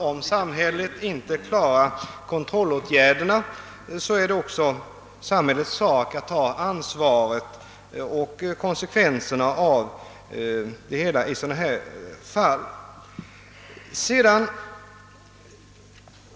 Om samhället inte klarar kontrollåtgärderna, är det enligt min mening samhällets sak att ta ansvaret och konsekvenserna i dylika fall.